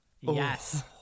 Yes